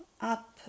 up